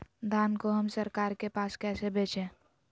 धान को हम सरकार के पास कैसे बेंचे?